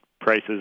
prices